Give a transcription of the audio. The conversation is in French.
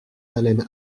haleine